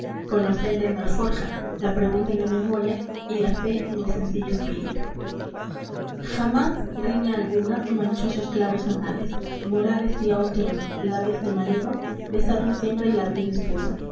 con la ofrenda en la alforja la pregunta en la memoria y la fe en el sencillo espíritu jamás riña alguna manchó sus claros anales morales y austeros labios de marido besaron siempre labios de esposa